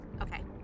Okay